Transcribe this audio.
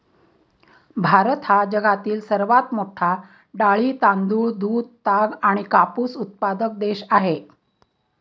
भारत हा जगातील सर्वात मोठा डाळी, तांदूळ, दूध, ताग आणि कापूस उत्पादक देश आहे